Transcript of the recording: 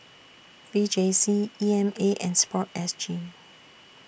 V J C E M A and Sport S G